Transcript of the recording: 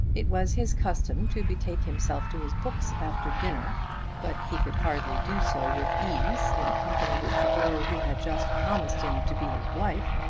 it was his custom to betake himself to his books after dinner but he could hardly do so with ease in company with the girl who had just promised him to be his wife.